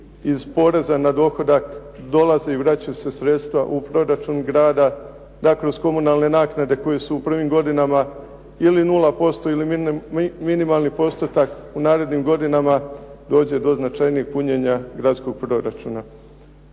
iz poreza na dohodak dolaze i vraćaju se sredstva u proračun grada, dakle uz komunalne naknade koje su u prvim godinama ili 0% ili minimalni postotak u narednim godinama dođe do značajnijeg punjenja gradskog proračuna.